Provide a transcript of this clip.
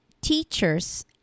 teachers